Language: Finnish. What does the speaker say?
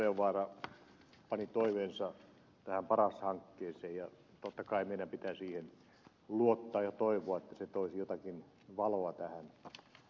asko seljavaara pani toiveensa tähän paras hankkeeseen ja totta kai meidän pitää siihen luottaa ja toivoa että se toisi jotakin valoa tähän pimeyteen